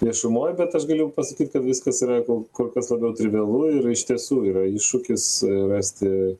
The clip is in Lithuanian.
viešumoj bet aš galiu pasakyt kad viskas yra ku kur kas labiau trivialu ir iš tiesų yra iššūkis rasti